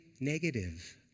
negative